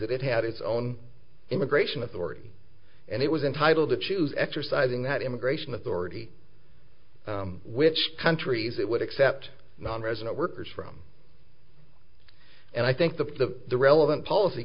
that it had its own immigration authority and it was entitled to choose exercising that immigration authority which countries it would accept nonresident workers from and i think the relevant policy